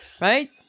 Right